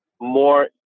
more